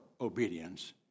Obedience